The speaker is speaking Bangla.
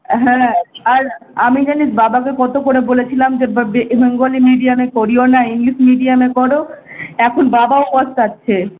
হ্যাঁ আর আমি জানিস বাবাকে কতো করে বলেছিলাম যে বেঙ্গলি মিডিয়ামে পড়িও না ইংলিশ মিডিয়ামে পড়ো এখন বাবাও পস্তাচ্ছে